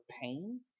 pain